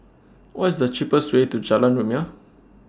What IS The cheapest Way to Jalan Rumia